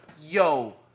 Yo